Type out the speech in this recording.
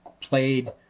played